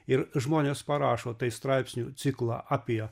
ir žmonės parašo tai straipsnių ciklą apie